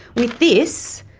with this,